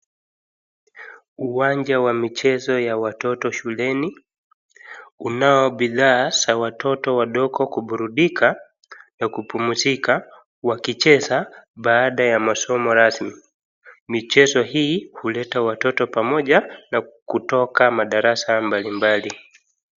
Uwanja wa michezo ya watoto shuleni unao bidhaa za watoto wadogo kuburudika na kupumzika wakicheza baada ya masomo rasmi. Michezo hii huleta watoto pamoja na kutoka madarasa mbalimbali.